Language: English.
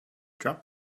drop